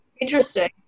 interesting